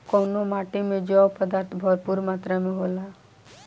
कउना माटी मे जैव पदार्थ भरपूर मात्रा में होला?